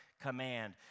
command